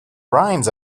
rhymes